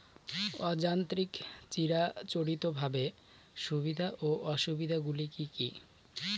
অযান্ত্রিক চিরাচরিতভাবে সুবিধা ও অসুবিধা গুলি কি কি?